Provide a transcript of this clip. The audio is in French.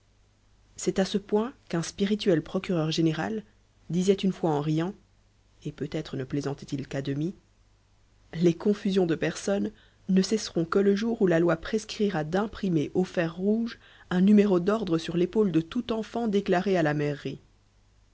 c'est à ce point qu'un spirituel procureur-général disait une fois en riant et peut-être ne plaisantait il qu'à demi les confusions de personnes ne cesseront que le jour où la loi prescrira d'imprimer au fer rouge un numéro d'ordre sur l'épaule de tout enfant déclaré à la mairie